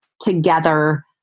together